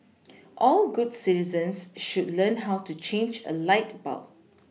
all good citizens should learn how to change a light bulb